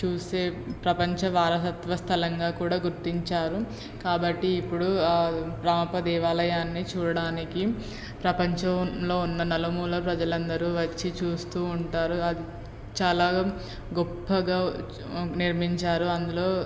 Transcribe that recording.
చూసే ప్రపంచ వారసత్వ స్థలంగా కూడా గుర్తించారు కాబట్టి ఇప్పుడు ఆ రామప్ప దేవాలయాన్ని చూడడానికి ప్రపంచంలో ఉన్న నలుమూలల ప్రజలందరూ వచ్చి చూస్తూ ఉంటారు అది చాలా గొప్పగా నిర్మించారు అందులో